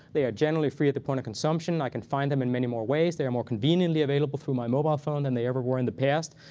they are generally free at the point of consumption. i can find them in many more ways. they are more conveniently available through my mobile phone than they ever were in the past.